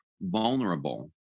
vulnerable